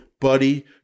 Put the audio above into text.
buddy